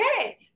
okay